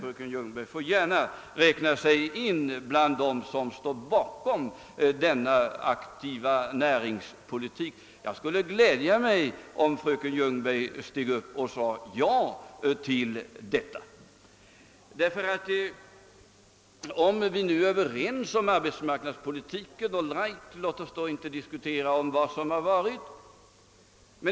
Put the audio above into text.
Fröken Ljungberg får gärna räkna sig till dem som står bakom denna aktiva näringspolitik. Jag skulle bli glad om hon steg upp och sade ja till detta. Om vi nu är överens om arbetsmarknadspolitiken, all right, låt oss då inte diskutera vad som har varit.